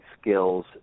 skills